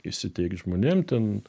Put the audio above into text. įsiteikt žmonėm ten